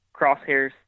crosshairs